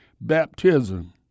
baptism